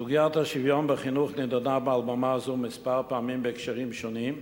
סוגיית השוויון בחינוך נדונה מעל במה זו כמה פעמים בהקשרים שונים,